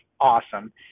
awesome